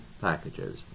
packages